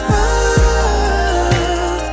Love